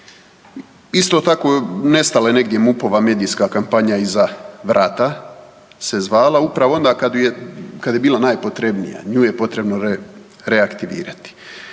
Isto tako, nestala je negdje MUP-ova medijska kampanja Iza vrata se zvala upravo onda kad je bilo najpotrebnije, nju je potrebno reaktivirati.